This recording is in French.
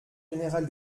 général